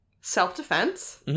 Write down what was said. self-defense